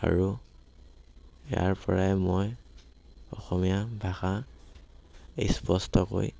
আৰু ইয়াৰ পৰাই মই অসমীয়া ভাষা স্পষ্টকৈ